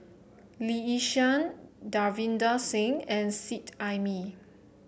Lee Yi Shyan Davinder Singh and Seet Ai Mee